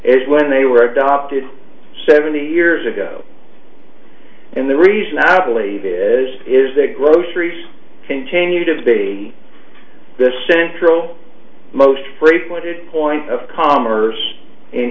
when they were adopted seventy years ago and the reason i believe is is that groceries continue to be the central most frequented point of commerce in